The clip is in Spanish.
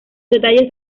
detalles